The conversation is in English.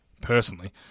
personally